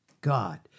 God